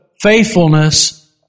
faithfulness